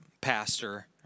pastor